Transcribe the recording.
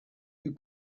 you